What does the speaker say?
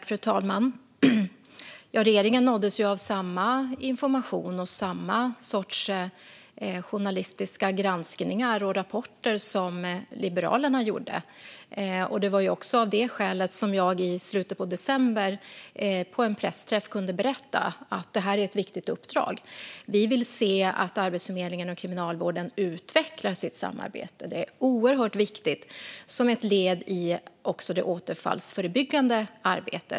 Fru talman! Regeringen nåddes av samma information och journalistiska granskningar och rapporter som Liberalerna. Det var av detta skäl som jag på en pressträff i slutet av december kunde berätta om detta viktiga uppdrag. Vi vill se att Arbetsförmedlingen och kriminalvården utvecklar sitt samarbete. Det är mycket viktigt som ett led i det återfallsförebyggande arbetet.